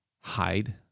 hide